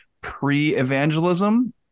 pre-evangelism